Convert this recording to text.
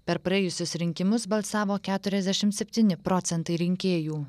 per praėjusius rinkimus balsavo keturiasdešimt septyni procentai rinkėjų